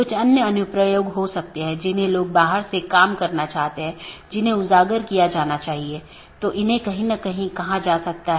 एक अन्य अवधारणा है जिसे BGP कंफेडेरशन कहा जाता है